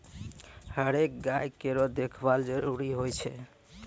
हरेक गाय केरो देखभाल जरूरी होय छै